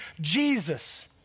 Jesus